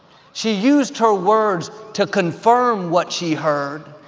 she used her words to confirm what she heard,